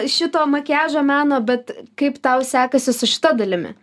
šito makiažo meno bet kaip tau sekasi su šita dalimi